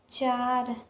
चार